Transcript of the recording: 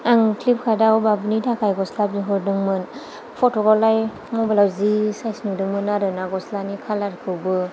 आं प्लिकार्टआव बाबुनि थाखाय गस्ला बिहरदोंमोन फटकआवलाय मबाइलआव जि साइस नुदोंमोन आरोना गस्लानि खालारखौबो